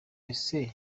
ese